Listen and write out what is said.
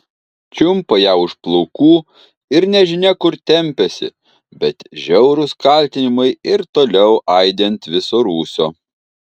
čiumpa ją už plaukų ir nežinia kur tempiasi bet žiaurūs kaltinimai ir toliau aidi ant viso rūsio